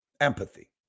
Empathy